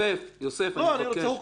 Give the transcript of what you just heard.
אני אומר כי הוא לא היה כאן.